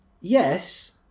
Yes